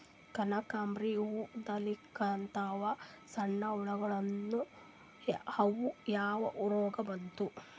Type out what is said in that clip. ಕನಕಾಂಬ್ರಿ ಹೂ ಉದ್ರಲಿಕತ್ತಾವ, ಸಣ್ಣ ಹುಳಾನೂ ಅವಾ, ಯಾ ರೋಗಾ ಬಂತು?